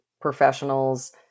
professionals